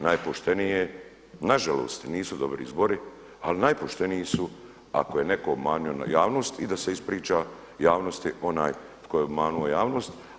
Najpoštenije, na žalost nisu dobri izbori, ali najpošteniji su ako je netko obmanuo javnost i da se ispriča javnosti onaj tko je obmanuo javnost.